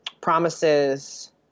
promises